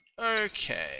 Okay